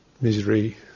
misery